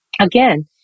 Again